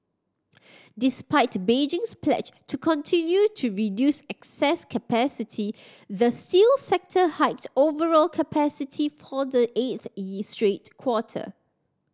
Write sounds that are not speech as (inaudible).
despite Beijing's pledge to continue to reduce excess capacity the steel sector hiked overall capacity for the eighth (unintelligible) straight quarter